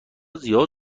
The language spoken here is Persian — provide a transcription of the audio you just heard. زیاد